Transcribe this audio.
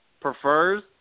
prefers